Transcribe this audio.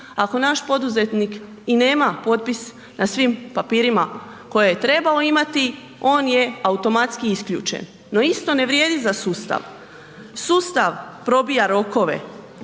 ako naš poduzetnik i nema potpis na svim papirima koje je trebao imati, on je automatski isključen, no isto ne vrijedi za sustav. Sustav probija rokovi